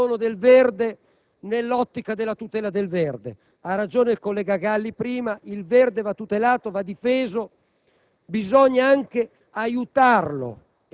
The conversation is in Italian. o quella capacità che ci porta all'abbandono del verde nell'ottica della tutela del verde. Ha ragione il collega Galli: il verde va tutelato e difeso,